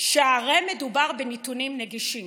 שהרי מדובר בנתונים נגישים.